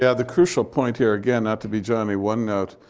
yeah the crucial point here again, not to be johnny one note,